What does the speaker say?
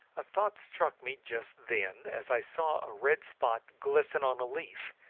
a thought struck me just then as i saw a red spot glisten on a leaf,